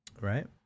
Right